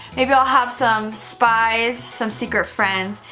maybe i'll have some spies, some secret friends.